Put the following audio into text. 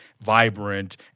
vibrant